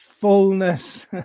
fullness